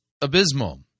abysmal